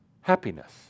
happiness